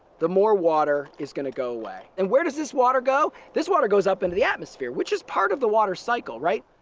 the more water is going to go away. and where does this water go? this water goes up into the atmosphere, which is part of the water cycle, right?